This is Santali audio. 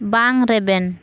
ᱵᱟᱝ ᱨᱮᱵᱮᱱ